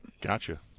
Gotcha